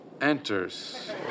enters